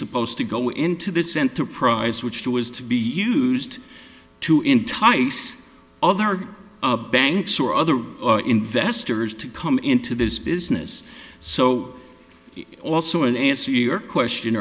supposed to go into this enterprise which there was to be used to entice other banks or other investors to come into this business so also an answer your question